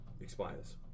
expires